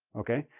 okay?